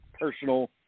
personal